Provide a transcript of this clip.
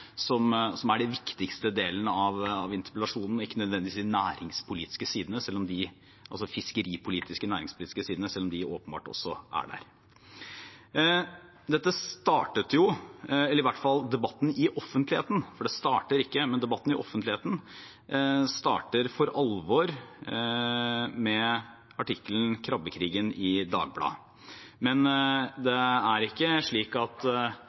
det som er den viktigste delen av interpellasjonen, og ikke nødvendigvis de fiskeripolitiske næringspolitiske sidene, selv om de åpenbart også er der. Dette startet ikke med debatten i offentligheten. Debatten i offentligheten startet for alvor med artikkelserien «Krabbekrigen» i Dagbladet, men det er ikke slik at